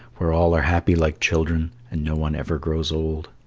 where all are happy like children, and no one ever grows old.